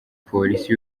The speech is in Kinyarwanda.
polisi